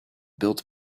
built